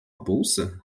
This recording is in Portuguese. bolsa